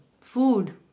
food